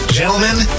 gentlemen